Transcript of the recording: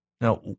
Now